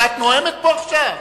שאת נואמת פה עכשיו?